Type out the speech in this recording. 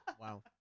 Wow